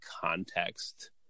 context